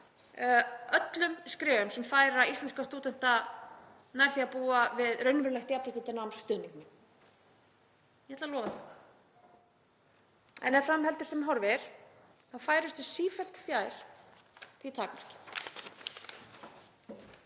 öllum skrefum sem færa íslenska stúdenta nær því að búa við raunverulegt jafnrétti til náms stuðning minn. Ég ætla að lofa því, en ef fram heldur sem horfir þá færumst við sífellt fjær því takmarki.